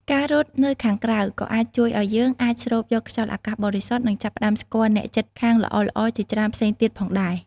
ការរត់នៅខាងក្រៅក៏អាចជួយឲ្យយើងអាចស្រូបយកខ្យល់អាកាសបរិសុទ្ធ និងចាប់ផ្ដើមស្គាល់អ្នកជិតខាងល្អៗជាច្រើនផ្សេងទៀតផងដែរ។